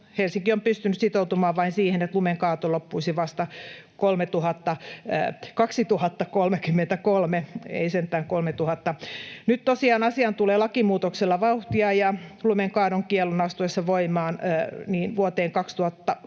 Helsinki on pystynyt sitoutumaan vain siihen, että lumenkaato loppuisi vasta 3000... — 2033, ei sentään 3000. — Nyt tosiaan asiaan tulee lakimuutoksella vauhtia, ja lumenkaadon kiellon astuessa voimaan vuoteen 2028